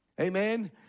Amen